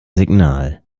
signal